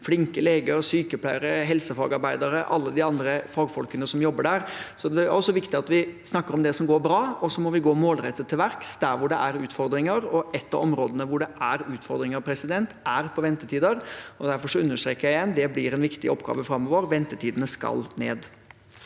flinke leger, sykepleiere, helsefagarbeidere, alle de andre fagfolkene som jobber der. Det er også viktig at vi snakker om det som går bra, og så må vi gå målrettet til verks der hvor det er utfordringer. Ett av områdene hvor det er utfordringer, er på ventetider. Derfor understreker jeg igjen: Det blir en viktig oppgave framover. Ventetidene skal ned.